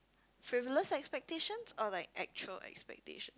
frivolous expectations or like actual expectations